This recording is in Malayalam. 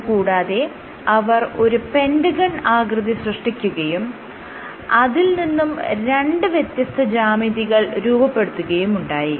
ഇത് കൂടാതെ അവർ ഒരു പെന്റഗൺ ആകൃതി സൃഷ്ടിക്കുകയും അതിൽ നിന്നും രണ്ട് വ്യത്യസ്ത ജ്യാമിതികൾ രൂപപ്പെടുത്തുകയുമുണ്ടായി